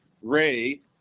Ray